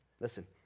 Listen